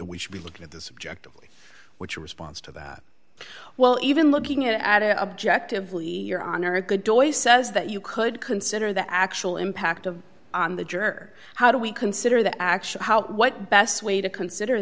we should be looking at the subject which responds to that well even looking at it objectively your honor a good voice says that you could consider the actual impact of on the juror how do we consider the actual how what best way to consider